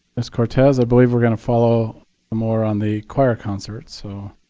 miss cortez? i believe we're going to follow more on the choir concert, so.